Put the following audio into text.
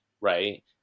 right